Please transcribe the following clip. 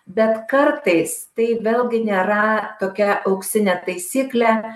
bet kartais tai vėlgi nėra tokia auksinė taisyklė